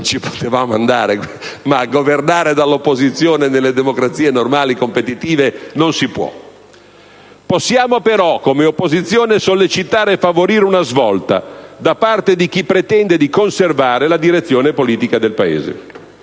non ci potevamo andare, ma governare dall'opposizione nelle democrazie normali e competitive non si può. Possiamo però, come opposizione, sollecitare e favorire una svolta, da parte di chi pretende di conservare la direzione politica del Paese.